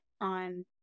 on